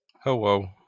Hello